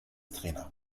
trainer